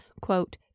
quote